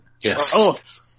Yes